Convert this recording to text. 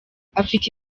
afite